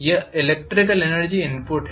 यह electrical energy input है